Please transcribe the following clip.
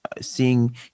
seeing